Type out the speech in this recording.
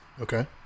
Okay